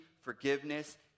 forgiveness